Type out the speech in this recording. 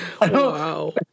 Wow